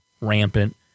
rampant